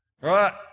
Right